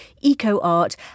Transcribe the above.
eco-art